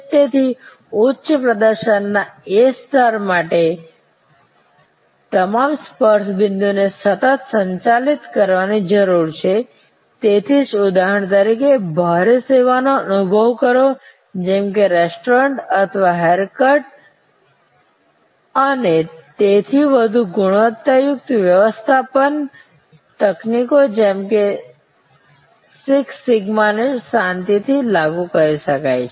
તેથી ઉચ્ચ પ્રદર્શનના તે સ્તર માટે તમામ સ્પર્શ બિંદુ ને સતત સંચાલિત કરવાની જરૂર છે તેથી જ ઉદાહરણ તરીકે ભારે સેવાઓનો અનુભવ કરો જેમ કે રેસ્ટોરન્ટ્સ અથવા હેરકટ્સ અને તેથી વધુ ગુણવત્તાયુક્ત વ્યવસ્થાપન તકનીકો જેમ કે સિક્સ સિગ્માને શાંતિથી લાગુ કરી શકાય છે